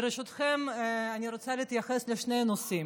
ברשותכם, אני רוצה להתייחס לשני נושאים,